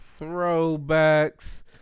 throwbacks